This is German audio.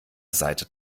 seite